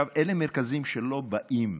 אלה מרכזים שלא באים,